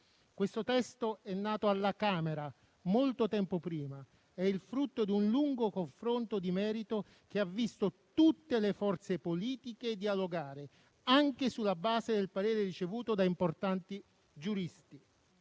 Questo testo è nato alla Camera molto tempo prima. È il frutto di un lungo confronto di merito che ha visto tutte le forze politiche dialogare, anche sulla base del parere ricevuto da importanti giuristi.